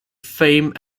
fame